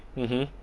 mmhmm